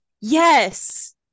Yes